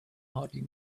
hardly